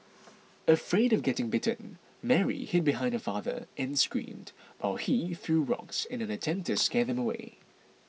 afraid of getting bitten Mary hid behind her father and screamed while he threw rocks in an attempt to scare them away